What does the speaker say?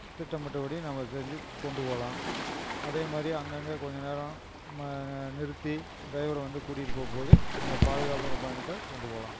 திட்டமிட்டபடி நம்ம செஞ்சு கொண்டு போகலாம் அதேமாதிரி அங்கங்கே கொஞ்சம் நேரம் நிறுத்தி டிரைவர் வந்து கூட்டிட்டு போகும்போது நம்ம பாதுகாப்பான பயணத்தை கொண்டு போகலாம்